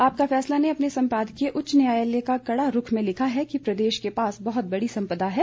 आपका फैसला ने अपने संपादकीय उच्च न्यायलय का कड़ा रूख में लिखा है कि प्रदेश के पास बहुत बड़ी सम्पदा है